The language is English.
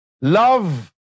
Love